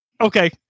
Okay